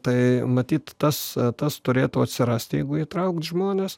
tai matyt tas tas turėtų atsirasti jeigu įtraukt žmones